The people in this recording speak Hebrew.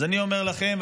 אז אני אומר לכם,